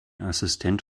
assistent